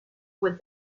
with